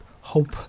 hope